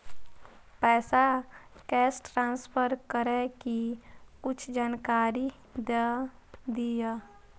पैसा cash transfer करऐ कि कुछ जानकारी द दिअ